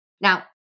Now